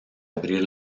abrir